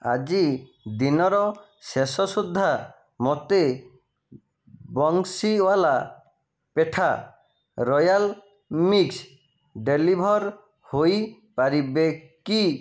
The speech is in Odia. ଆଜି ଦିନର ଶେଷ ସୁଦ୍ଧା ମୋତେ Banshiwala petha royal mix deliver ହୋଇପାରିବ କି